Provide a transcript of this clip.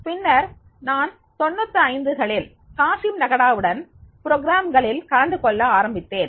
பின்னர் நான் 95 களில் காசிம் நகடாவுடன் நிரல்களில் ப்ரோக்ராம்களில்கலந்து கொள்ள ஆரம்பித்தேன்